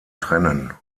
trennen